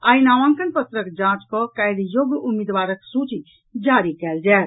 आई नामांकन पत्रक जांच कऽ काल्हि योग्य उम्मीदवारक सूची जारी कयल जायत